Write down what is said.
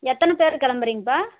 எத்தனை பேர் கிளம்புறீங்கப்பா